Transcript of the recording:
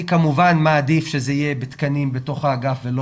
אני כמובן מעדיף שזה יהיה בתקנים בתוך האגף ולא